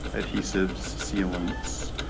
adhesives, sealants,